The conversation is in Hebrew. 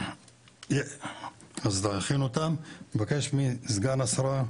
אני מבקש מסגן השרה,